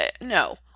no